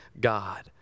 God